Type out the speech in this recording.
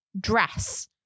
dress